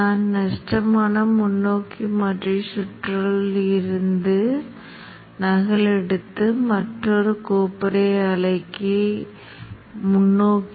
நீங்கள் பிளாட் செய்யும்போது Vin அடைப்புக்குறிகளை மட்டும் போடாமல் வெளியீட்டை ப்ளாட் செய்ய விரும்புகிறேன் என்று வைத்துக்கொள்வோம்